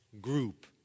group